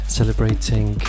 celebrating